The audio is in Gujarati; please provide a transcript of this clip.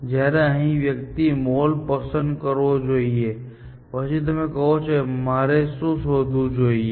જ્યારે અહીં વ્યક્તિએ મોલ પસંદ કરવો જોઈએ પછી તમે કહો છો મારે બીજું શું શોધવું જોઈએ